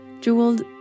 Jeweled